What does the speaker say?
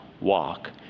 walk